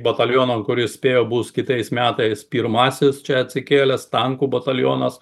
bataliono kuris spėju bus kitais metais pirmasis čia atsikėlęs tankų batalionas